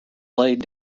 laid